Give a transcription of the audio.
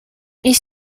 iść